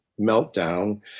meltdown